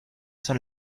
son